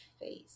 face